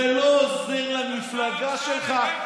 זה לא עוזר למפלגה שלך.